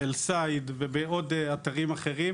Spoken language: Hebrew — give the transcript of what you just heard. בא-סייד ובעוד אתרים אחרים,